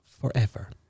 Forever